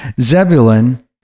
Zebulun